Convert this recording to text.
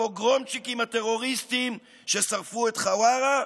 הפוגרומצ'יקים, הטרוריסטים ששרפו את חווארה,